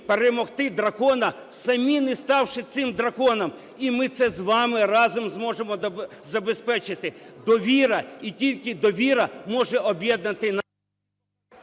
перемогти дракона, самі не ставши цим драконом. І ми це разом з вами зможемо забезпечити. Довіра і тільки довіра може об'єднати.